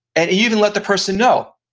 and even let the person know,